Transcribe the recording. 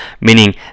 meaning